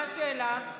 מה השאלה?